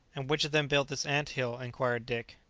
and which of them built this ant-hill? inquired dick.